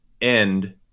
end